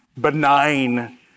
benign